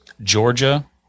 Georgia